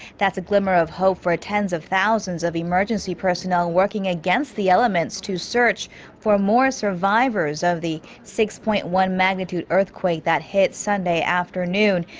that's a glimmer of hope for tens of thousands of emergency personnel working against the elements to search for more survivors. of the six point one magnitude earthquake that hit sunday afternoon.